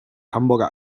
hamburger